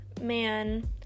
man